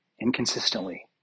inconsistently